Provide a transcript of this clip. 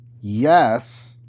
yes